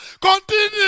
continue